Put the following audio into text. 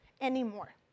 anymore